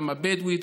גם הבדואית,